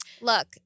Look